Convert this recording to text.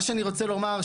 מה שאני רוצה לומר,